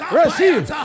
receive